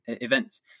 events